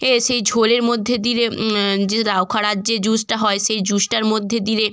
এ সেই ঝোলের মধ্যে দিলে যে লাউখাড়ার যে জুসটা হয় সেই জুসটার মধ্যে দিলে